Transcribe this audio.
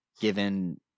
given